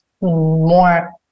more